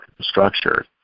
structure